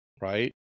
right